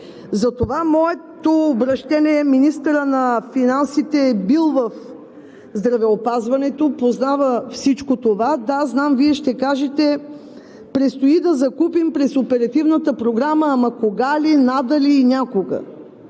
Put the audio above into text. Затова моето обръщение е – министърът на финансите е бил в здравеопазването, познава всичко това, да, знам, Вие ще кажете: предстои да закупим през Оперативната програма. Ама кога ли, надали и някога?!